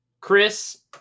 Chris